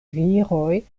viroj